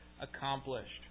accomplished